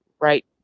right